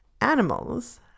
animals